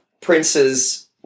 Prince's